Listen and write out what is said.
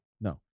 No